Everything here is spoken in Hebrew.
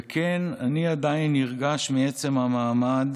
וכן, אני עדיין נרגש מעצם המעמד